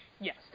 yes